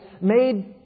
made